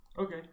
Okay